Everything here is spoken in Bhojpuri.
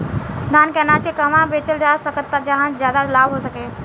धान के अनाज के कहवा बेचल जा सकता जहाँ ज्यादा लाभ हो सके?